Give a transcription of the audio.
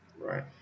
right